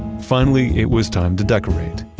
finally, it was time to decorate.